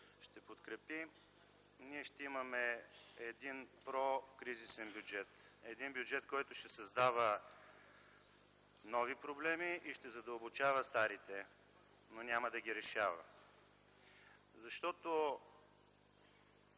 ще подкрепи, ние ще имаме един прокризисен бюджет. Един бюджет, който ще създава нови проблеми и ще задълбочава старите, но няма да ги решава. Защото